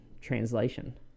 translation